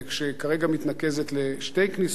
שכרגע מתנקזת לשתי כניסות,